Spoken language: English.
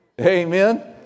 Amen